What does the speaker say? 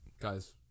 guys